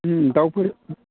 ओम दाउफोर